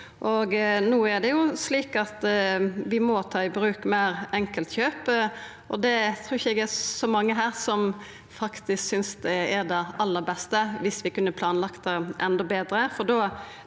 No er det slik at vi må ta i bruk fleire enkeltkjøp, og det trur eg ikkje det er så mange her som faktisk synest er det aller beste, viss vi kunne planlagt det enno betre,